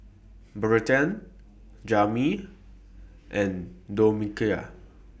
Bertha Jamil and Domenica